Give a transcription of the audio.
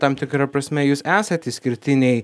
tam tikra prasme jūs esat išskirtiniai